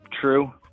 true